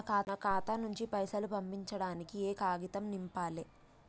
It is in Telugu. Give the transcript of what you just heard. నా ఖాతా నుంచి పైసలు పంపించడానికి ఏ కాగితం నింపాలే?